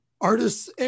artists